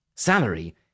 Salary